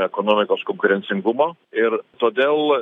ekonomikos konkurencingumo ir todėl